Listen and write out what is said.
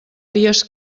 dies